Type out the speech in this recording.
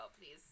Please